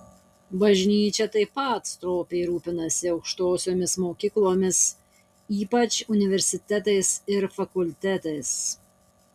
bažnyčia taip pat stropiai rūpinasi aukštosiomis mokyklomis ypač universitetais ir fakultetais